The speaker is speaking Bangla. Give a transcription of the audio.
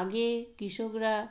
আগে কৃষকরা